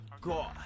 God